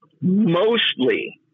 mostly